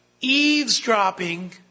eavesdropping